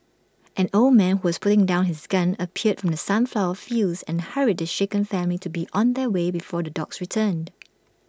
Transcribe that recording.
an old man who was putting down his gun appeared from the sunflower fields and hurried the shaken family to be on their way before the dogs return